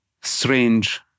strange